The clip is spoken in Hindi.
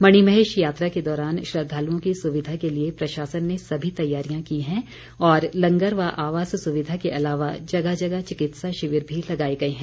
मणिमहेश यात्रा के दौरान श्रद्वालुओं की सुविधा के लिए प्रशासन ने सभी तैयारियां की हैं और लंगर व आवास सुविधा के अलावा जगह जगह चिकित्सा शिविर भी लगाए गए हैं